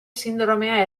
sindromea